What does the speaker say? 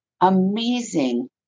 amazing